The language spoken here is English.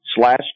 slash